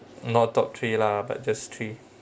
not top three lah but just three